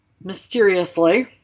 mysteriously